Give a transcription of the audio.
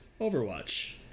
Overwatch